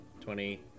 twenty